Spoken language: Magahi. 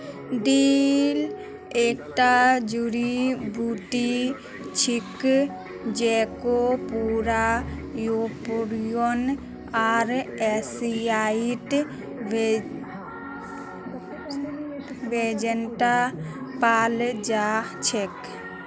डिल एकता जड़ी बूटी छिके जेको पूरा यूरोपीय आर एशियाई व्यंजनत पाल जा छेक